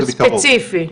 ספציפי.